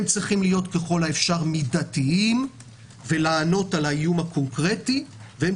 הם צריכים להיות ככל האפשר מידתיים ולענות על האיום הקונקרטי והם